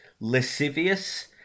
lascivious